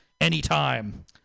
anytime